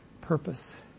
purpose